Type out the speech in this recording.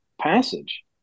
passage